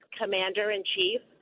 commander-in-chief